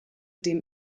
dem